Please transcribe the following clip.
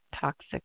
toxic